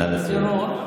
טרור,